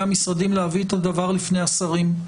המשרדים להביא את הדבר לפני השרים.